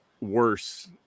worse